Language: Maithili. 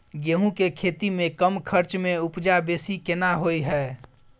गेहूं के खेती में कम खर्च में उपजा बेसी केना होय है?